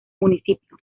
municipio